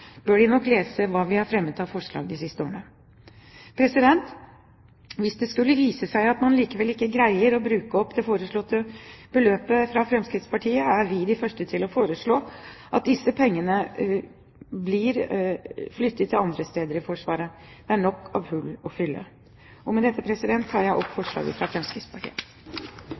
de nok lese hva vi har fremmet av forslag de siste årene. Hvis det skulle vise seg at man likevel ikke greier å bruke opp det foreslåtte beløpet fra Fremskrittspartiet, er vi de første til å foreslå at disse pengene blir flyttet til andre steder i Forsvaret. Det er nok av hull å fylle. Med dette tar jeg opp forslaget fra Fremskrittspartiet.